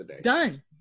Done